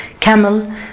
camel